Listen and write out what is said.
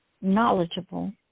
knowledgeable